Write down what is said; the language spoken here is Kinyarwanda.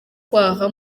kwaha